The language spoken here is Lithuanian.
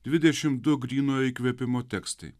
dvidešim du grynojo įkvėpimo tekstai